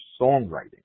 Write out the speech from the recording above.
songwriting